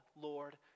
Lord